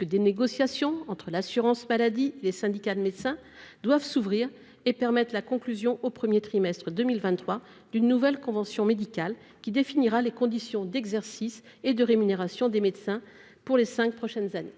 des négociations entre l'assurance maladie et les syndicats de médecins doivent s'ouvrir et permettre la conclusion au premier trimestre 2023 d'une nouvelle convention médicale, qui définira les conditions d'exercice et de rémunération des médecins pour les cinq prochaines années.